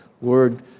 word